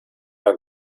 ein